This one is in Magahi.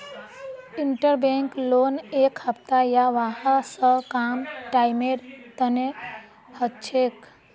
इंटरबैंक लोन एक हफ्ता या वहा स कम टाइमेर तने हछेक